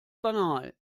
banal